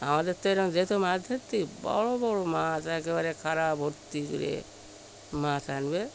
আমাদের তো এ রকম যেত মাছ ধরতে বড় বড় মাছ একেবারে খারা ভর্তি করে মাছ আনবে